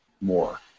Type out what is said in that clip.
more